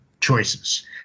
choices